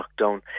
lockdown